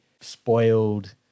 spoiled